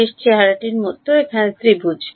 শেষ চেহারাটির মতো এখানে ত্রিভুজ